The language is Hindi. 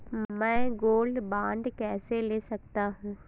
मैं गोल्ड बॉन्ड कैसे ले सकता हूँ?